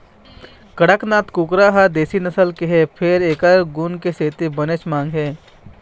कड़कनाथ कुकरा ह देशी नसल के हे फेर एखर गुन के सेती बनेच मांग हे